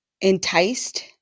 enticed